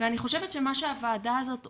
ואני חושבת שמה שהוועדה הזאת עושה,